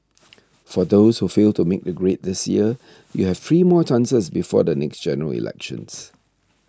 for those who failed to make the grade this year you have three more chances before the next General Elections